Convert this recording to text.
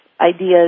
ideas